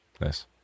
Nice